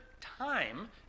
time